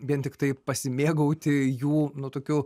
vien tiktai pasimėgauti jų nu tokiu